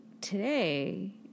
today